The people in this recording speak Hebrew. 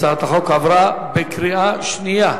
הצעת החוק עברה בקריאה שנייה.